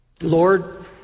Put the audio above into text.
Lord